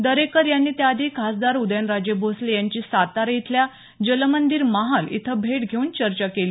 दरेकर यांनी त्या आधी खासदार उदयनराजे भोसले यांची सातारा इथल्या जलमंदिर महाल इथं भेट घेऊन चर्चा केली